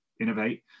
Innovate